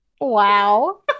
Wow